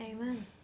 Amen